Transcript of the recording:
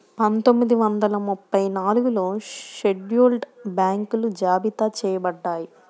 పందొమ్మిది వందల ముప్పై నాలుగులో షెడ్యూల్డ్ బ్యాంకులు జాబితా చెయ్యబడ్డాయి